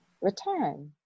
return